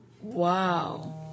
Wow